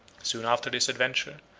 soon after this adventure,